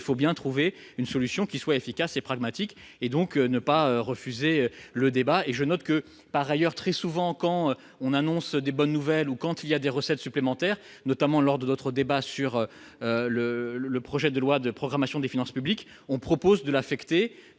il faut bien trouver une solution qui soit efficace et pragmatique et donc ne pas refuser le débat et je note que, par ailleurs très souvent quand on annonce des bonnes nouvelles, ou quand il y a des recettes supplémentaires, notamment lors de notre débat sur le le projet de loi de programmation des finances publiques, on propose de l'affecter